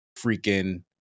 freaking